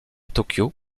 tokyo